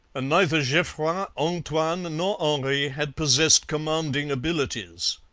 and neither geoffroy, antoine, nor henri had possessed commanding abilities.